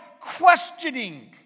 questioning